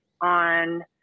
on